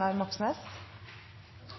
årene som